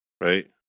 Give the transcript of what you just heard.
right